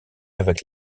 avec